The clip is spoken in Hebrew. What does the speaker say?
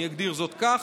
אני אגדיר זאת כך.